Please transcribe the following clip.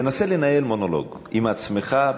תמשיך בדבריך.